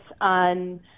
on